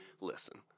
Listen